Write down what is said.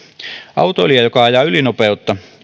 autoilija joka ajaa ylinopeutta